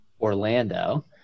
Orlando